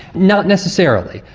not necessarily.